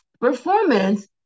Performance